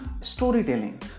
storytelling